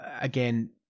again